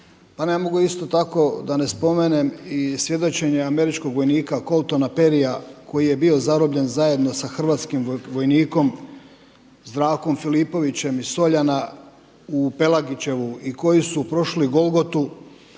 Pa ne mogu isto tako da ne spomenem i svjedočenje američkog vojnika Coltona Perryja koji je bio zarobljen zajedno sa hrvatskim vojnikom Zdravkom Filipovićem iz Soljana u Pelagićevu i koji su prošli Golgotu,